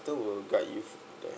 counter will guide you there